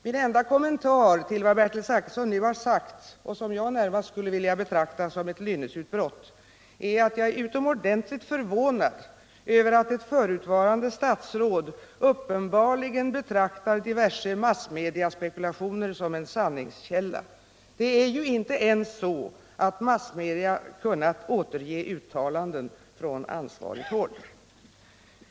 Min enda kommentar till vad Bertil Zachrisson nu sagt — som jag närmast skulle vilja betrakta som ett lynnesutbrott — är att jag är utomordentligt förvånad över att ett förutvarande statsråd uppenbarligen betraktar diverse massmediespekulationer som en sanningskälla. Det är ju inte ens så att massmedia kunnat återge uttalanden från ansvarigt håll.